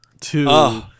two